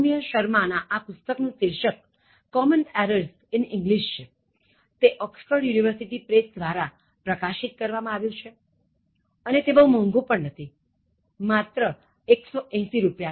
સૌમ્ય શર્મા ના આ પુસ્તક નું શીર્ષક Common Errors in English છે તે ઓક્સફર્ડ યુનિવર્સિટી પ્રેસ દ્વારા પ્રકાશિત કરવામાં આવ્યું છે અને તે બહુ મોંઘુ પણ નથી માત્ર ૧૮૦ રૂ